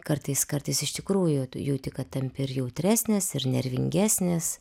kartais kartais iš tikrųjų tu jauti kad tampi jautresnis ir nervingesnis